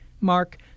Mark